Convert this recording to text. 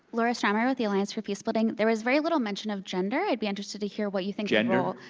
laura stawmyer with the alliance for peacebuilding, there was very little mention of gender. i'd be interested to hear what you think gender? ah